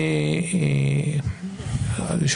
הגדלנו מחמישה לשבעה קונסולים,